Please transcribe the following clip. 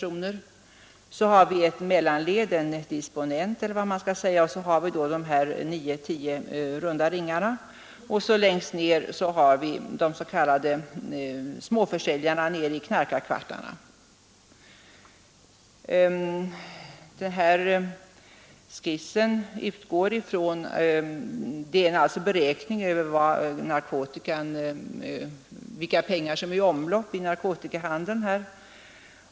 Under ledaren finns ett mellanled i form av en disponent, likaledes utmärkt med en ifylld ring på skissen. Därunder finns på skissen en rad av nio ringar — grossisterna. Längst ned finns sedan ”småförsäljarna” i de s.k. knarkarkvartarna. Skissen visar också en beräkning över de pengar som är i omlopp i narkotikahandeln.